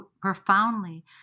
profoundly